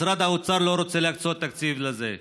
משרד האוצר לא רוצה להקצות תקציב לזה.